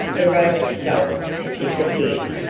the rope itself had disappeared.